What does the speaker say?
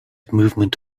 movement